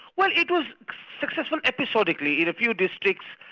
well it was successful episodically, in a few districts,